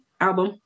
album